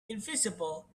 invisible